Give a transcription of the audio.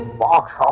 walking.